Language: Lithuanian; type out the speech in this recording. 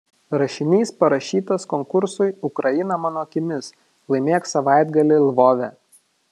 rašinys parašytas konkursui ukraina mano akimis laimėk savaitgalį lvove